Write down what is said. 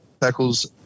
tackles